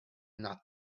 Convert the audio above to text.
not